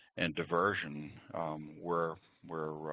and diversion where where